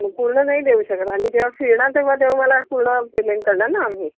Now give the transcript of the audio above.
पूर्ण नाही देऊ शकत आम्ही जेव्हा फिरणार तेव्हा देऊ मला पूर्ण पेमेंट करणार ना आम्ही